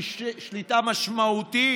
שליטה משמעותית